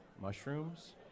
mushrooms